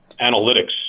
analytics